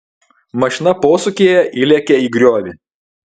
mašina posūkyje įlėkė į griovį